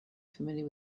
familiar